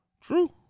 True